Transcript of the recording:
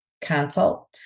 consult